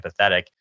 empathetic